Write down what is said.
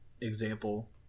example